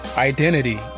Identity